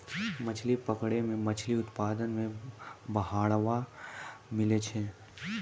मछली पकड़ै मे मछली उत्पादन मे बड़ावा मिलै छै